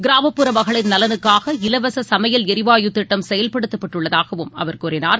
கிராமப்புற மகளிர் நலனுக்காக இலவசசமையல் ளரிவாயு திட்டம் செயல்படுத்தப்பட்டுள்ளதாகவும் அவர் கூறினார்